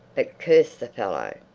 but curse the fellow!